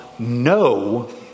no